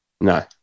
No